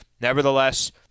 Nevertheless